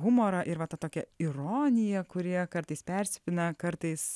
humorą ir va ta tokia ironija kuri kartais persipina kartais